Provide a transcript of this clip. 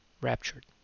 Raptured